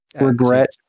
regret